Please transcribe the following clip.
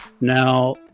Now